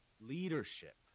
leadership